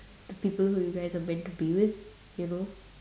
the people who you guys are meant to be with you know